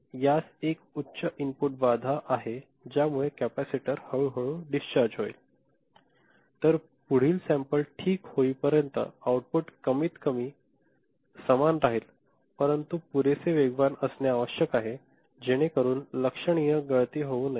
आणि यास एक उच्च इनपुट बाधा आहे ज्यामुळे कॅपेसिटर हळू हळू डिस्चार्ज होईल तर पुढील सॅम्पल ठीक होईपर्यंत आउटपुट कमीतकमी समान राहील परंतु ते पुरेसे वेगवान असणे आवश्यक आहे जेणेकरून ते लक्षणीय गळती होऊ नये